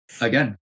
again